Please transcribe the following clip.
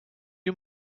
you